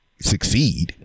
succeed